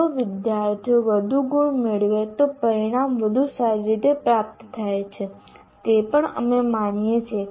જો વિદ્યાર્થીઓ વધુ ગુણ મેળવે તો પરિણામ વધુ સારી રીતે પ્રાપ્ત થાય છે તે પણ અમે માનીએ છીએ